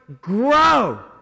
grow